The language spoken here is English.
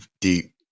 deep